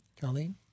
Colleen